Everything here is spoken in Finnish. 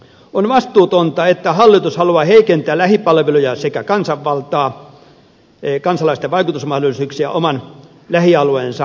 on vastuutonta että hallitus haluaa heikentää lähipalveluja sekä kansanvaltaa kansalaisten vaikutusmahdollisuuksia oman lähialueensa parantamiseksi